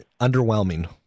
Underwhelming